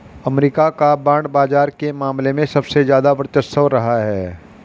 अमरीका का बांड बाजार के मामले में सबसे ज्यादा वर्चस्व रहा है